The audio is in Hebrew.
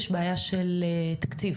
יש בעיה של תקציב,